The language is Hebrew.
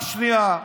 רק שנייה.